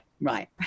right